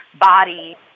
body